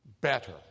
better